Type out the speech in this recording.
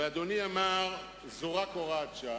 אדוני אמר שזו רק הוראת שעה,